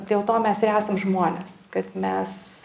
dėl to mes ir esam žmonės kad mes